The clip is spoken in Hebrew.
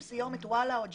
עם סיומת ואלה או ג'ימל.